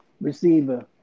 receiver